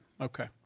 Okay